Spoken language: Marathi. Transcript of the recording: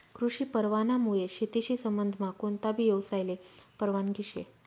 कृषी परवानामुये शेतीशी संबंधमा कोणताबी यवसायले परवानगी शे